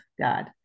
God